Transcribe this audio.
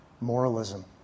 Moralism